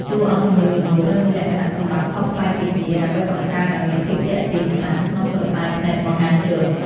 តួអង្គនីមួយៗត្រូវមានលក្ខណៈសម្បត្តិខុសប្លែកពីគ្នាដើម្បីបង្កើតឱ្យមានភាពទាក់ទាញខ្លាំងក្នុងក្រសែភ្នែកមហាជន។